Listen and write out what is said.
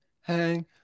hang